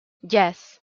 yes